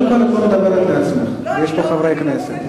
קודם כול, את לא מדברת לעצמך, יש פה חברי כנסת.